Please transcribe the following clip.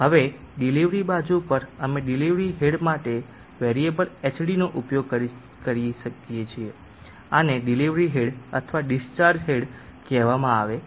હવે ડિલિવરી બાજુ પર અમે ડિલિવરી હેડ માટે વેરીએબલ hd નો ઉપયોગ કરી શકીએ છીએ આને ડિલિવરી હેડ અથવા ડિસ્ચાર્જ હેડ કહેવામાં આવે છે